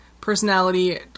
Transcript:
personality